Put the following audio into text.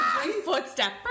footstep